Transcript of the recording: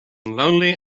lonely